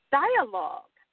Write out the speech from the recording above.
dialogue